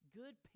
good